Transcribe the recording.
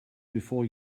before